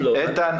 בלי --- איתן,